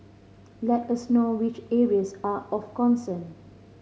let us know which areas are of concern